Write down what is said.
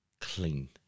Clean